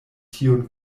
tiun